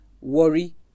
worry